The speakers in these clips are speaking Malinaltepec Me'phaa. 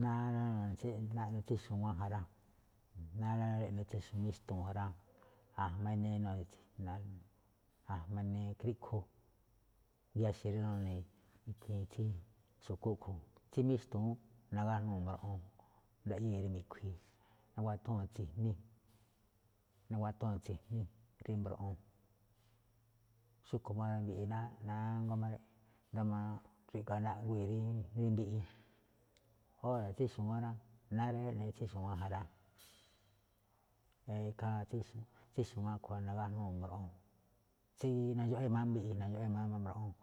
Náá rí naꞌne tsí xu̱wán ja rá, náá rí eꞌne tsí míxtu̱u̱n ja rá. a̱jma inii kriꞌkhu giaxe̱ ri nune̱ ikhiin tsí xu̱kú a̱ꞌkhue̱n. Tsí míxtu̱u̱n nagájnuu̱ mbroꞌon ndaꞌyée̱ rí mikhui̱i̱, naguatuu̱n tsi̱jní, naguatuu̱n tsi̱jní rí mbroꞌon, xúꞌkhue̱n rí mbiꞌi nánguá máꞌ i̱ndo̱ó máꞌ kri̱ga̱a̱ naꞌguii̱ rí mbiꞌi. Óra̱ tsí xu̱wán rá, náá rí eꞌne tsí xu̱wán ja rá, ikhaa tsí, tsí xu̱wán a̱ꞌkhue̱n nagájnuu̱ mboꞌon, tsí nandxaꞌwée̱ máꞌ mbiꞌi, nandxaꞌwée̱ máꞌ mbroꞌon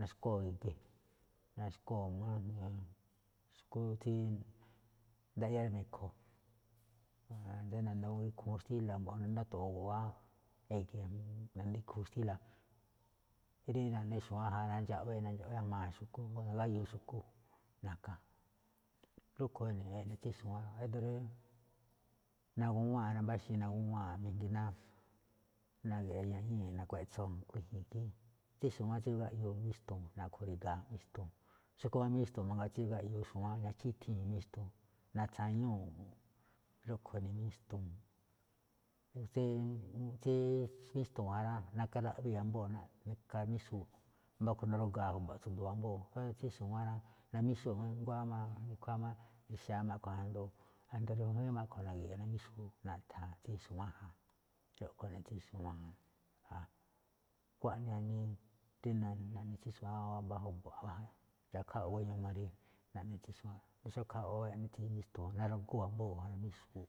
naxkoo̱ e̱ge̱, naxkoo̱ máꞌ ju̱ꞌuun xu̱kú tsí ndaꞌyá rí me̱kho̱, tsí nandoo gíkhu̱ún xtíla̱, mbo̱ nandoo gáto̱ꞌo̱o̱ guꞌwáá, e̱ge̱ nandoo gíkhu̱u̱ xtíla̱. Rí naꞌne xu̱wán ja, nandxaꞌwée̱, nandxaꞌwée̱ nandxaꞌwée̱ jmaa̱ xu̱kú, jngó nagáyuu xu̱kú na̱ka̱, rúꞌkhue̱n eꞌne tsí xu̱wán, ído̱ rí naguwáa̱n rá, nambáxii̱n naguwáa̱nꞌ mijngi ná, goꞌwóo ña̱ꞌñíi̱ nakueꞌtso kuíji̱i̱n ikhín. Tsí xu̱wán tsíyoo gáꞌyoo mixtu̱u̱n naꞌkho̱ ri̱ga̱a̱ míxtu̱u̱n. Xúꞌkhue̱n máꞌ míxtu̱u̱n mangaa tsíyoo gáꞌyoo xu̱wán, nachíthii̱n míxtu̱u̱n, na̱tsañúu̱ꞌ xúꞌkhue̱n ene̱ míxtu̱u̱n. Tsí, tsí míxtu̱u̱n ja rá, narkaꞌwii̱ ambóo̱ ikhaa iya míxuu̱, wámba̱ rúꞌkhue̱n naruguaa̱ ju̱ba̱ꞌ tsu̱du̱u̱ ambóo̱. Xómá tsí xu̱wán rá, namíxuu̱ nguámá nikhuáa má rixa̱á asndo riajuíín máꞌ a̱ꞌkhue̱n na̱gi̱ꞌi̱i̱ namíxuu̱, naꞌtha̱a̱ tsí xu̱wán ja, xúꞌkhue̱ eꞌne tsí xu̱wán ja. Xkuaꞌnii jaꞌnii rí naꞌne tsí xu̱wá waba ju̱baa̱ꞌ wáa ja, ra̱khaꞌwo̱ iꞌnii̱ rí naꞌne tsí xu̱wán. Asndo xó khaꞌwo eꞌne tsí míxtu̱u̱n narogoo̱ ambóo̱ namíxuu̱ꞌ.